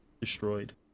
destroyed